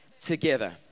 together